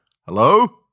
Hello